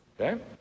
Okay